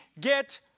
get